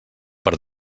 per